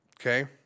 okay